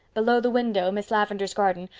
below the window miss lavendar's garden,